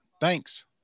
Thanks